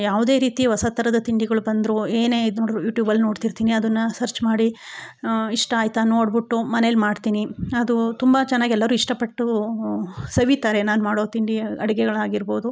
ಯಾವುದೇ ರೀತಿಯ ಹೊಸ ಥರದ ತಿಂಡಿಗಳು ಬಂದರು ಏನೇ ಇದು ನೋಡಿ ಯೂಟ್ಯೂಬಲ್ಲಿ ನೋಡ್ತಿರ್ತೀನಿ ಅದನ್ನು ಸರ್ಚ್ ಮಾಡಿ ಇಷ್ಟ ಆಯಿತಾ ನೋಡ್ಬಿಟ್ಟು ಮನೇಲಿ ಮಾಡ್ತೀನಿ ಅದು ತುಂಬಾ ಚೆನ್ನಾಗಿ ಎಲ್ಲರು ಇಷ್ಟ ಪಟ್ಟು ಸವಿತಾರೆ ನಾನು ಮಾಡೋ ತಿಂಡಿ ಅಡಿಗೆಗಳಾಗಿರ್ಬೋದು